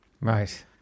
Right